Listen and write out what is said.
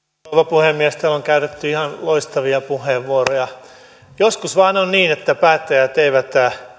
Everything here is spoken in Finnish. puhemies täällä on käytetty ihan loistavia puheenvuoroja joskus vain on niin että päättäjät eivät